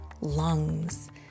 lungs